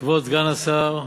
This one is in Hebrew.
כבוד סגן השר,